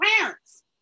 parents